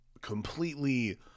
completely